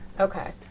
Okay